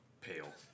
Pale